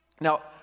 Now